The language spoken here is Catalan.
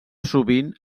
sovint